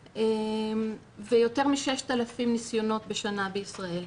ויותר מ-6,000 ניסיונות בשנה בישראל.